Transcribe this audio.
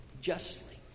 justly